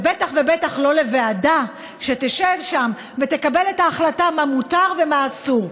ובטח ובטח שלא לוועדה שתשב שם ותקבל את ההחלטה מה מותר ומה אסור.